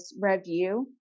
review